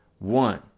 One